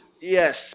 Yes